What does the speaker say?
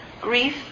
grief